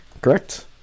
correct